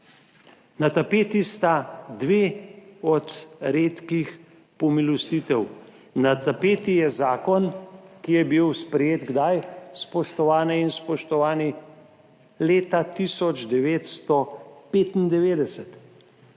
Na tapeti sta dve od redkih pomilostitev. Na tapeti je zakon, ki je bil sprejet, kdaj, spoštovane in spoštovani, leta 1995,